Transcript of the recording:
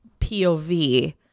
POV